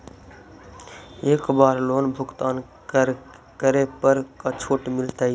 एक बार लोन भुगतान करे पर का छुट मिल तइ?